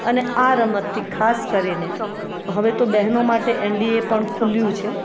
અને આ રમતથી ખાસ કરીને હવે તો બહેનો માટે એનડીએ પણ ખુલ્યું છે